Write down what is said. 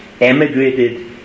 emigrated